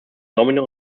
domino